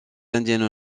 indiennes